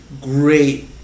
Great